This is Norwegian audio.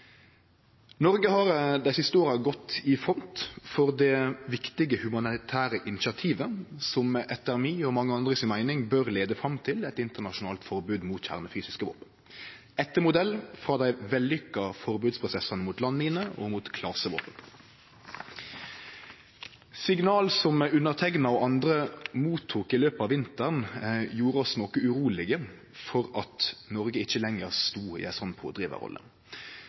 Noreg har dei siste åra gått i front for det viktige humanitære initiativet, som etter mi og mange andre si meining bør leie fram til eit internasjonalt forbod mot kjernefysiske våpen, etter modell av dei vellykka forbodsprosessane mot landminer og mot klasevåpen. Signal som underteikna og andre fekk i løpet av vinteren, gjorde oss noko urolege for at Noreg ikkje lenger stod i ei